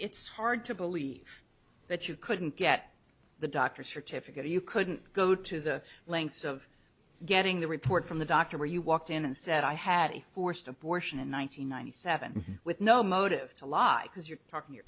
it's hard to believe that you couldn't get the doctor's certificate or you couldn't go to the lengths of getting the report from the doctor where you walked in and said i had a forced abortion in one thousand nine hundred seven with no motive to lie because you're talking your